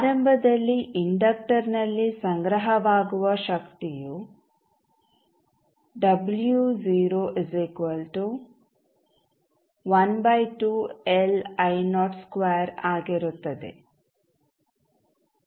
ಆರಂಭದಲ್ಲಿ ಇಂಡಕ್ಟರ್ನಲ್ಲಿ ಸಂಗ್ರಹವಾಗುವ ಶಕ್ತಿಯು ಆಗಿರುತ್ತದೆ